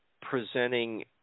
presenting